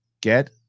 Get